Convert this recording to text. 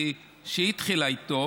שהיא התחילה איתו,